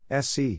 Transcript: SC